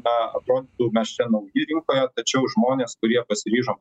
na atrodytų mes čia nau dinkoje tačiau žmonės kurie pasiryžo